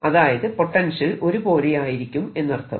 അതായത് പൊട്ടൻഷ്യൽ ഒരേപോലെയായിരിക്കും എന്നർത്ഥം